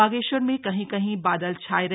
बागेश्वर में कहीं कहीं बादल छाये रहे